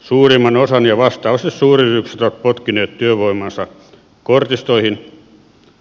suurimman osan ja vastaavasti suuryritykset ovat potkineet työvoimaansa kortistoihin ja sama suunta jatkuu